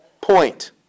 point